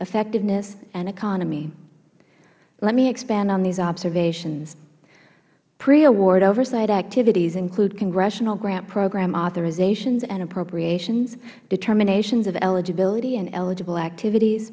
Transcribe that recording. effectiveness and economy let me expand on these observations pre award oversight activities include congressional grant program authorizations and appropriations determinations of eligibility and eligible activities